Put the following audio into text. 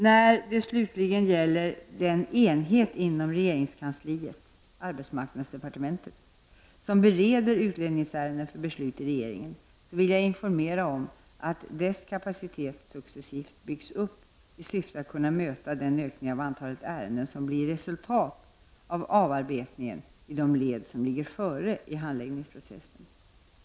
När det slutligen gäller den enhet inom regeringskansliet som bereder ulänningsärenden för beslut i regeringen, vill jag informera om att dess kapacitet successivt byggs upp, i syfte att kunna möta den ökning av antalet ärenden som blir resultatet av avarbetningen i de led som ligger före i handläggningsprocessen.